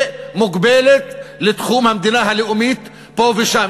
מוגבלת לתחום המדינה הלאומית פה ושם,